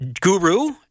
guru